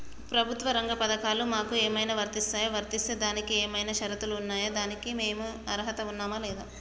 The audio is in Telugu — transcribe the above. ప్రభుత్వ రంగ పథకాలు మాకు ఏమైనా వర్తిస్తాయా? వర్తిస్తే దానికి ఏమైనా షరతులు ఉన్నాయా? దానికి మేము అర్హత ఉన్నామా లేదా?